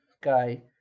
guy